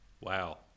Wow